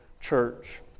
church